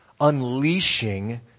unleashing